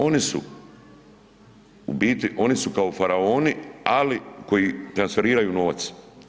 Oni su u biti, oni su kao faraoni, ali koji transferiraju novac.